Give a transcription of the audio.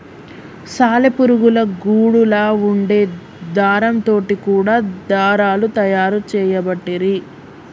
సాలె పురుగుల గూడులా వుండే దారం తోటి కూడా దారాలు తయారు చేయబట్టిరి